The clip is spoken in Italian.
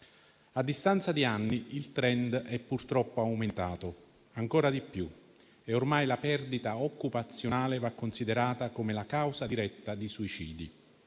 A distanza di anni, purtroppo, il *trend* è aumentato ancora di più, e ormai la perdita occupazionale va considerata come una causa diretta di suicidi.